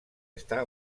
està